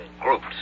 groups